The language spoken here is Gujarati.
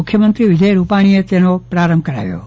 મુખ્યમંત્રી વિજય રૂપાણીએ તેનો પ્રારંભ કરાવ્યો હતો